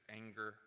anger